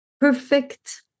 perfect